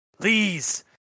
Please